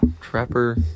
Trapper